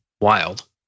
Wild